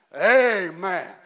Amen